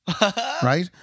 right